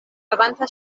havanta